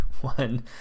one